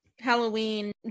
Halloween